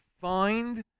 find